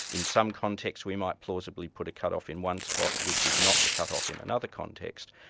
in some contexts we might plausibly put a cut off in one spot which is not the cut off in another context.